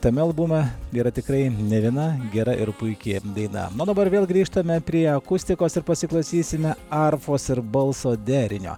tame albume yra tikrai ne viena gera ir puiki daina na o dabar vėl grįžtame prie akustikos ir pasiklausysime arfos ir balso derinio